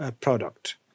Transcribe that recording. product